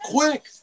Quick